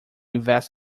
invest